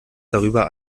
darüber